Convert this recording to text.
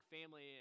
family